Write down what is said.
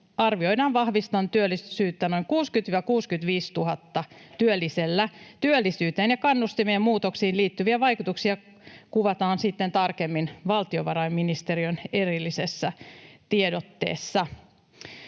arvioidaan vahvistavan työllisyyttä noin 60 000—65 000 työllisellä. Työllisyyteen ja kannustimien muutoksiin liittyviä vaikutuksia kuvataan tarkemmin valtiovarainministeriön erillisessä tiedotteessa.”